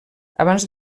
abans